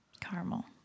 Caramel